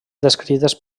descrites